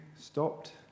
stopped